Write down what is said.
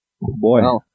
Boy